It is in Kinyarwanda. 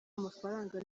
amafaranga